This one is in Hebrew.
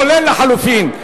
כולל לחלופין,